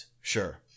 sure